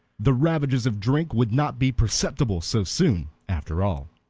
the ravages of drink would not be perceptible so soon, after all.